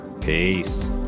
Peace